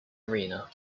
arena